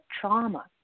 trauma